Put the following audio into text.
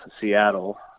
Seattle